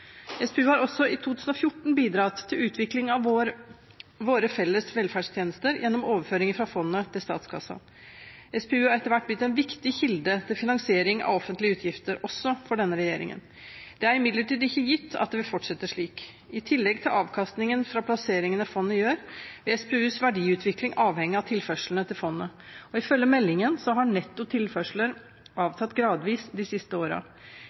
SPU har også i 2014 bidratt til utviklingen av våre felles velferdstjenester gjennom overføringer fra fondet til statskassen. SPU har etter hvert blitt en viktig kilde til finansiering av offentlige utgifter, også for denne regjeringen. Det er imidlertid ikke gitt at det vil fortsette slik. I tillegg til avkastningen fra plasseringene som fondet gjør, er SPUs verdiutvikling avhengig av tilførslene til fondet, og ifølge meldingen har netto tilførsler avtatt gradvis de siste